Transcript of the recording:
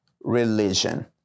religion